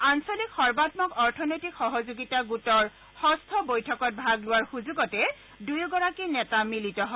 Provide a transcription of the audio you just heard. আঞ্চলিক সৰ্বায়ক অৰ্থনৈতিক সহযোগিতা গোটৰ ষষ্ঠ বৈঠকত ভাগ লোৱাৰ সুযোগতে দুয়োগৰাকী নেতা মিলিত হয়